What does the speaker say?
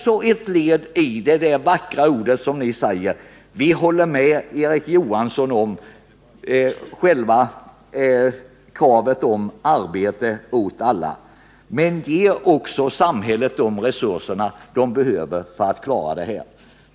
Ni instämmer i de vackra orden och håller med Erik Johansson om kravet på arbete åt alla. Men ge då också samhället de resurser som behövs för att man skall kunna klara detta!